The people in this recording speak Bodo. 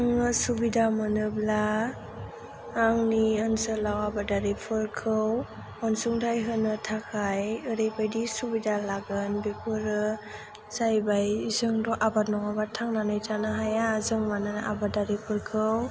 आङो सुबिदा मोनोब्ला आंनि ओनसोलाव आबादारिफोरखौ अनसुंथाय होनो थाखाय ओरैबायदि सुबिदा लागोन बेफोरो जाहैबाय जोंथ' आबाद नङाबा थांनानै थानो हाया जों मानोना आबादारिफोरखौ